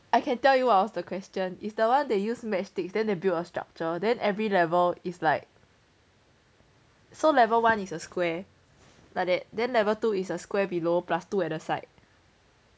I can tell you what was the question is the one they use matchsticks then they build a structure then every level is like so level one is a square like that then level two is a square below plus two at the side